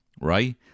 right